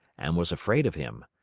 and was afraid of him.